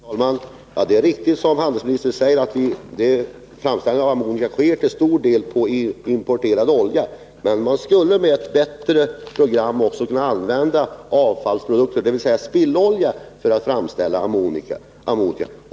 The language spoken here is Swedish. Herr talman! Det är riktigt som handelsministern säger att framställningen av ammoniak till stor del sker på basis av importerad olja. Med ett bättre program skulle man dock kunna använda också avfallsprodukter, spillolja, för att framställa ammoniak.